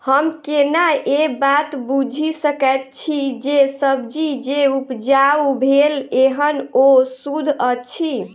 हम केना ए बात बुझी सकैत छी जे सब्जी जे उपजाउ भेल एहन ओ सुद्ध अछि?